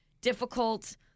difficult